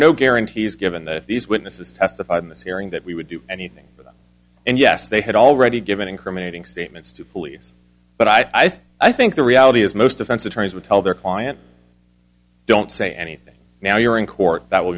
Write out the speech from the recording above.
no guarantees given that if these witnesses testified in this hearing that we would do anything and yes they had already given incriminating statements to police but i think i think the reality is most defense attorneys would tell their client don't say anything now you're in court that will